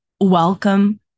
Welcome